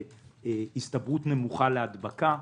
והסתברות נמוכה להדבקה.